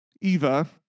Eva